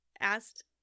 asked